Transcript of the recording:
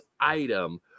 item